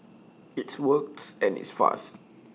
it's works and it's fast